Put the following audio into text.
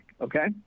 okay